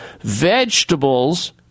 vegetables